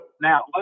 Now